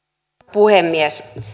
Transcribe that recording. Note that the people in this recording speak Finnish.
puhemies